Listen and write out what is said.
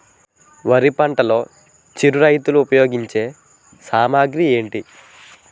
వరి పంటలో చిరు రైతులు ఉపయోగించే సామాగ్రి ఏంటి?